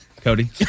Cody